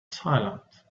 silent